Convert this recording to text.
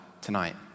tonight